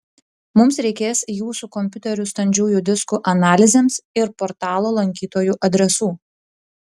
mums reikės jūsų kompiuterių standžiųjų diskų analizėms ir portalo lankytojų adresų